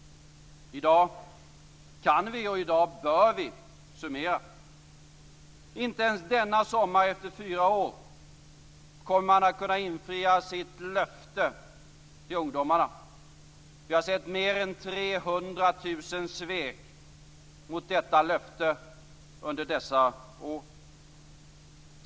I dag kan vi, och bör vi, summera. Inte ens denna sommar efter fyra år kommer man att kunna infria sitt löfte till ungdomarna. Vi har sett mer än 300 000 svek mot detta löfte under dessa år.